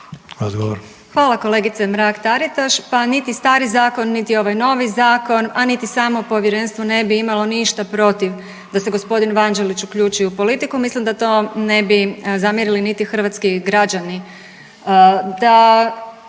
Hvala kolegice Mrak-Taritaš. Pa niti stari zakon, niti ovaj novi zakon, a niti samo povjerenstvo ne bi imalo ništa protiv da se g. Vanđelić uključi u politiku, mislim da to ne bi zamjerili niti hrvatski građani.